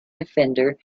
defender